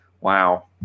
Wow